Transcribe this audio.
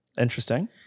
Interesting